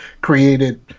created